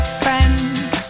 friends